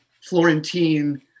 Florentine